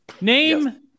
name